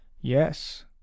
yes